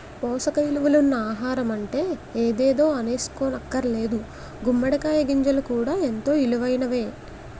పోసక ఇలువలున్న ఆహారమంటే ఎదేదో అనీసుకోక్కర్లేదు గుమ్మడి కాయ గింజలు కూడా ఎంతో ఇలువైనయే